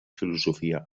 filosofia